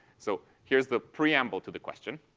so here's the preamble to the question.